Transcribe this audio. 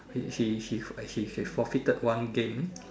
he she she she she forfeited one game